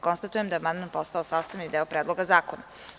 Konstatujem da je amandman postao sastavni deo Predloga zakona.